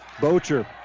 Bocher